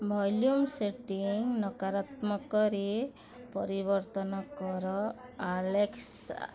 volume setting ନକାରାତ୍ମକରେ ପରିବର୍ତ୍ତନ କର ଆଲେକ୍ସା